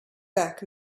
back